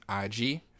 ig